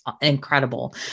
incredible